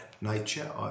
nature